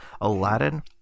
aladdin